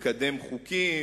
לקדם חוקים,